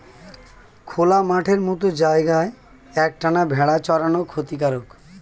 খোলা মাঠের মত জায়গায় এক টানা ভেড়া চরানো ক্ষতিকারক